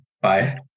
Bye